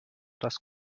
das